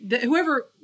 Whoever